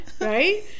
Right